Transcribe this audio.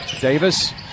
Davis